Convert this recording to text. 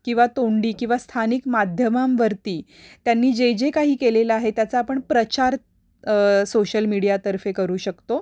किंवा तोंडी किंवा स्थानिक माध्यमांवरती त्यांनी जे जे काही केलेलं आहे त्याचा आपण प्रचार सोशल मीडियातर्फे करू शकतो